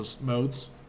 modes